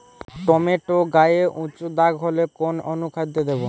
Tomato গায়ে উচু দাগ হলে কোন অনুখাদ্য দেবো?